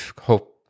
hope